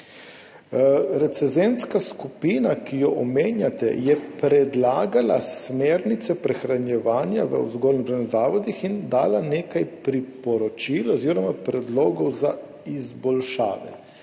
Recenzentska skupina, ki jo omenjate, je predlagala smernice prehranjevanja v vzgojno-izobraževalnih zavodih in dala nekaj priporočil oziroma predlogov za izboljšave,